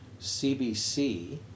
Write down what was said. CBC